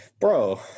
bro